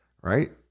right